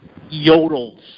yodels